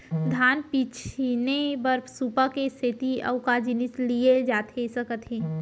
धान पछिने बर सुपा के सेती अऊ का जिनिस लिए जाथे सकत हे?